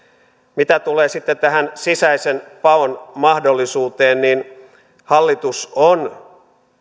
mitä tulee sitten tähän sisäisen paon mahdollisuuteen hallitus on